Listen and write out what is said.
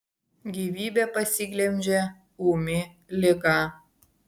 gyvybę pasiglemžė ūmi liga